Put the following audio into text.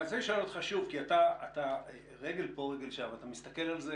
אתה רגל פה רגל שם, אתה מסתכל על זה